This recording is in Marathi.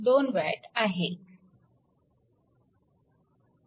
2 W आहे